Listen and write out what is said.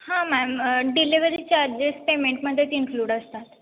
हां ma'am delivery charges पेमेंटमध्येच include असतात